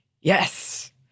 Yes